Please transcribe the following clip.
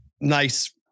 nice